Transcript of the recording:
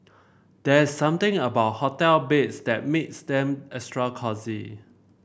there's something about hotel beds that makes them extra cosy